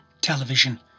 television